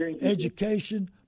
education